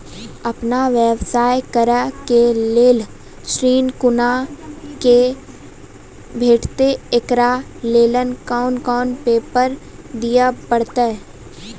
आपन व्यवसाय करै के लेल ऋण कुना के भेंटते एकरा लेल कौन कौन पेपर दिए परतै?